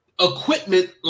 equipment